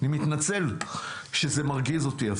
אני מתנצל שזה מרגיז אותי.